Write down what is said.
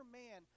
man